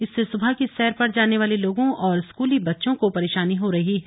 इससे सुबह की सैर पर जाने वाले लोगों और स्कूली बच्चों को परेशानी हो रही है